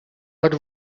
what